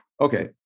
okay